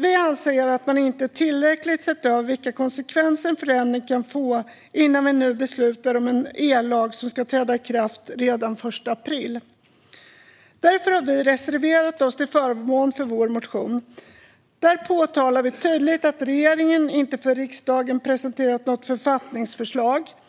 Vi anser att man inte tillräckligt har sett över vilka konsekvenser en förändring kan få innan det nu beslutas om en ellag som ska träda i kraft redan den 1 april. Därför har vi reserverat oss till förmån för vår motion. Där påtalar vi tydligt att regeringen inte har presenterat något författningsförslag för riksdagen